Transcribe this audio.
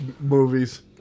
movies